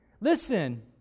listen